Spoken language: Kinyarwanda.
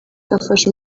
afasha